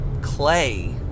clay